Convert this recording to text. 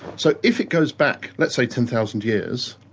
so if it goes back, let's say, ten thousand years,